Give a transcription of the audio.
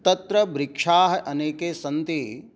तत्र वृक्षाः अनेके सन्ति